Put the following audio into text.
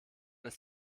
ist